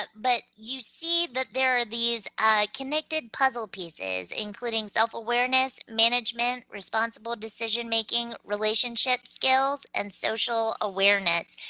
but but you see that there are these ah connected puzzle pieces, including self-awareness, management, responsible decision-making, relationship skills, and social awareness.